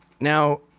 Now